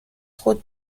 خود